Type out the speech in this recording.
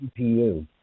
CPU